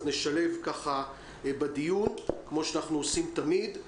נשלב את האנשים בדיון כפי שאנחנו עושים תמיד.